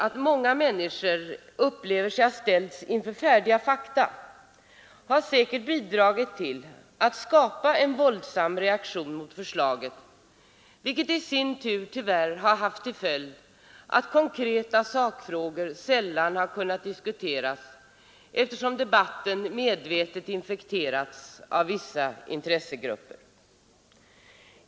Att många människor upplever sig ha ställts inför färdiga fakta har säkert bidragit till att skapa en våldsam reaktion mot förslaget. Detta har i sin tur tyvärr haft till följd att konkreta sakfrågor sällan har kunnat diskuteras, eftersom debatten medvetet infekterats av vissa intressegrupper.